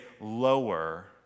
lower